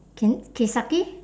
kin~ kiseki